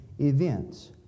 events